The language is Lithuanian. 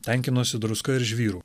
tenkinuosi druska ir žvyru